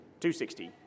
260